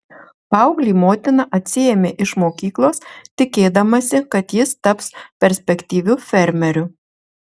paauglį motina atsiėmė iš mokyklos tikėdamasi kad jis taps perspektyviu fermeriu